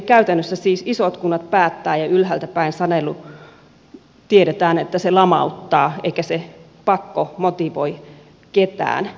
käytännössä siis isot kunnat päättävät ja tiedetään että ylhäältäpäin sanelu lamauttaa eikä se pakko motivoi ketään